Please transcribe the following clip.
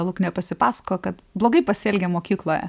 luknė pasipasakojo kad blogai pasielgė mokykloje